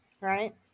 right